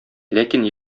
ләкин